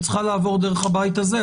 היא צריכה לעבור דרך הבית הזה.